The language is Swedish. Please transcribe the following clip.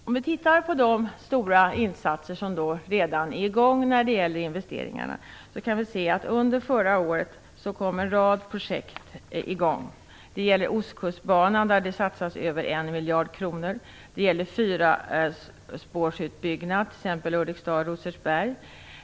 Om vi tittar på de stora insatser som redan är i gång när det gäller investeringarna kan vi se att en rad projekt kom i gång under förra året. Det gäller Ostkustbanan, där det satsas över 1 miljard kronor. Det gäller fyrspårsutbyggnad, t.ex. Ulriksdal-Rosersberg.